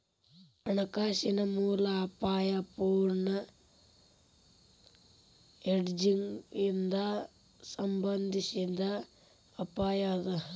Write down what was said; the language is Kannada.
ಹಣಕಾಸಿನ ಮೂಲ ಅಪಾಯಾ ಅಪೂರ್ಣ ಹೆಡ್ಜಿಂಗ್ ಇಂದಾ ಸಂಬಂಧಿಸಿದ್ ಅಪಾಯ ಅದ